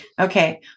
Okay